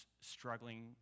struggling